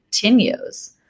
continues